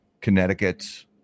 Connecticut